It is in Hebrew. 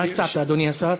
מה הצעת, אדוני השר?